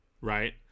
right